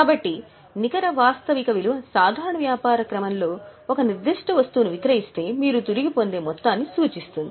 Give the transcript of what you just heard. కాబట్టి నికర వాస్తవిక విలువ సాధారణ వ్యాపార క్రమంలో ఒక నిర్దిష్ట వస్తువును విక్రయిస్తే మీరు తిరిగి పొందే మొత్తాన్ని సూచిస్తుంది